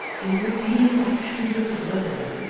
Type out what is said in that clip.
in the redeeming actions of the world,